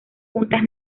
puntas